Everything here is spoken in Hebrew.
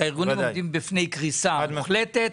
הארגונים עומדים בפני קריסה מוחלטת.